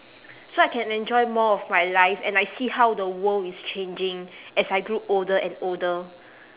so I can enjoy more of my life and I see how the world is changing as I grew older and older